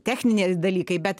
techniniai dalykai bet